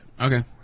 okay